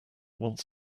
wants